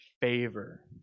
favor